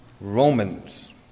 Romans